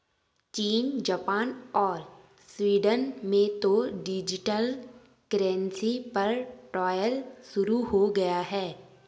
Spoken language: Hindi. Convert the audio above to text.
चीन, जापान और स्वीडन में तो डिजिटल करेंसी पर ट्रायल शुरू हो गया है